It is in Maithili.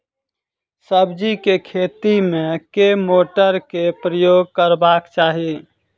सब्जी केँ खेती मे केँ मोटर केँ प्रयोग करबाक चाहि?